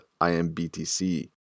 IMBTC